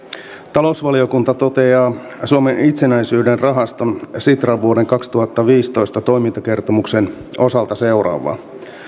talousvaliokunta toteaa suomen itsenäisyyden rahasto sitran vuoden kaksituhattaviisitoista toimintakertomuksen osalta seuraavaa